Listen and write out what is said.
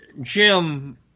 Jim